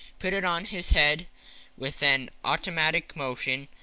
put it on his head with an automatic motion,